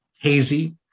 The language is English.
hazy